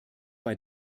bei